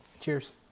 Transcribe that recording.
Cheers